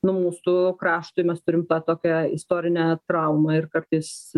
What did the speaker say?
nu mūsų kraštui mes turim tokią istorinę traumą ir kartais